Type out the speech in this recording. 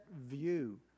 view